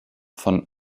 von